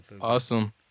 Awesome